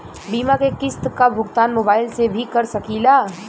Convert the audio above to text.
बीमा के किस्त क भुगतान मोबाइल से भी कर सकी ला?